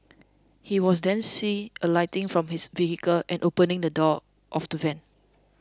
he was then see alighting from his vehicle and opening the door of the van